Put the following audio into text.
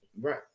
Right